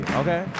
okay